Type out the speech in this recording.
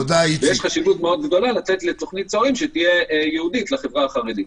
יש חשיבות מאוד גדולה לצאת בתוכנית צוערים שתהיה ייעודית לחברה החרדית.